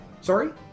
sorry